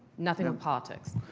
nothing politics.